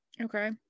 Okay